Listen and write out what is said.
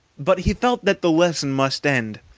but he felt that the lesson must end,